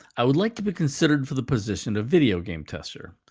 i would like to be considered for the position of video game tester.